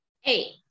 Hey